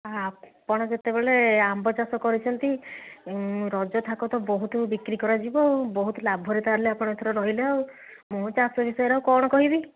ଆପଣ ଯେତେବେଳେ ଆମ୍ବ ଚାଷ କରିଛନ୍ତି ରଜ ଥାକ ତ ବହୁତ ବିକ୍ରି ଯିବ ବହୁତ ଲାଭରେ ତା'ହେଲେ ଆପଣ ଏଥିରେ ରହିଲେ ଆଉ ମୁଁ ଚାଷ ବିଷୟରେ ଆଉ କ'ଣ କହିବି